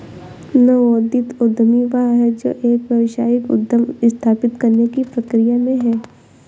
नवोदित उद्यमी वह है जो एक व्यावसायिक उद्यम स्थापित करने की प्रक्रिया में है